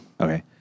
Okay